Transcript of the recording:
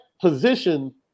position